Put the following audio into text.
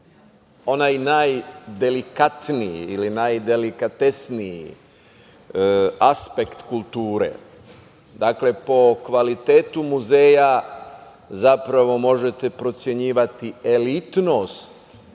onaj najdelikatniji ili najdelikatesniji aspekt kulture. Dakle, po kvalitetu muzeja zapravo možete procenjivati elitnost